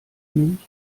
milch